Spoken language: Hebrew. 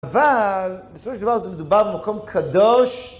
אבל בסופו של דבר זה מדובר במקום קדוש.